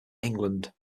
england